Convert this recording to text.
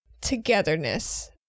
togetherness